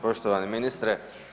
Poštovani ministre.